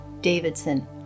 Davidson